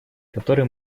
которые